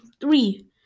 three